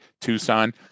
Tucson